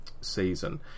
season